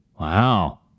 Wow